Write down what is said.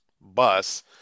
bus